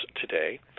today